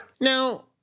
Now